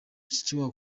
mushikiwabo